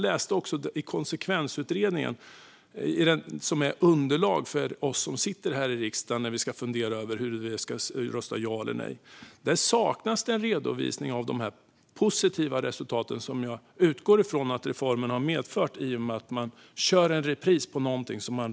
I konsekvensutredningen, som är ett underlag för om vi ska rösta ja eller nej här i riksdagen, saknas en redovisning av de positiva resultat som jag utgår från att reformen medförde eftersom man kör en repris på den i sommar.